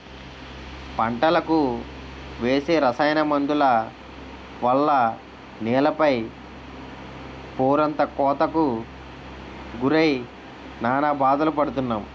పంటలకు వేసే రసాయన మందుల వల్ల నేల పై పొరంతా కోతకు గురై నానా బాధలు పడుతున్నాం